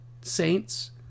saints